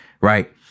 right